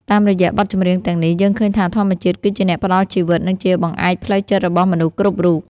តាមរយៈបទចម្រៀងទាំងនេះ យើងឃើញថាធម្មជាតិគឺជាអ្នកផ្ដល់ជីវិត និងជាបង្អែកផ្លូវចិត្តរបស់មនុស្សគ្រប់រូប។